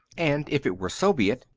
and if it were soviet,